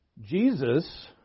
Jesus